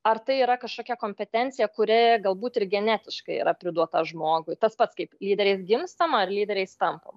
ar tai yra kažkokia kompetencija kuri galbūt ir genetiškai yra priduota žmogui tas pats kaip lyderiais gimstama ar lyderiais tampama